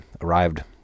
arrived